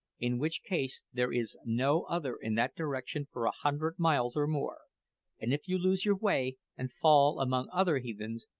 in which case there is no other in that direction for a hundred miles or more and if you lose your way and fall among other heathens,